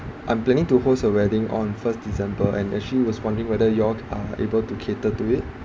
I'm planning to host a wedding on first december and actually was wondering whether you all are able to cater to it